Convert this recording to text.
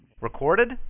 Recorded